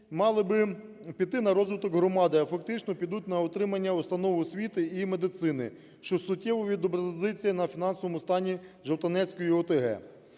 мали би піти на розвиток громади, а фактично підуть на утримання установ освіти і медицини, що суттєво відобразиться на фінансовому стані Жовтанецької ОТГ.